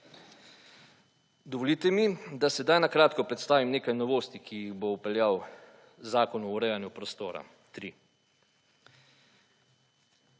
Dovolite mi, da sedaj na kratko predstavim nekaj novosti, ki jih bo vpeljal Zakon o urejanju prostora 3.